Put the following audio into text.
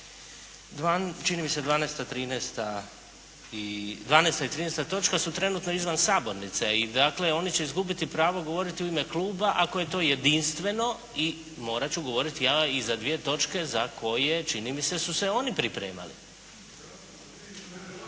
12 i 13 točka su trenutno izvan sabornice i dakle, oni će izgubiti pravo govoriti u ime kluba ako je to jedinstveno i morat ću govoriti ja i za dvije točke za koje čini mi se su se oni pripremali.